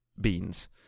beans